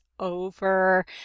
over